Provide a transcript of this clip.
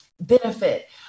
benefit